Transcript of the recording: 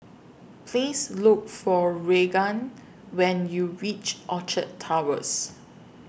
Please Look For Raegan when YOU REACH Orchard Towers